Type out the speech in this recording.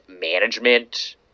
management